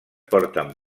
porten